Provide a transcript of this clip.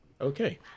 Okay